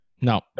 No